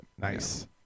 nice